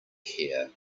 care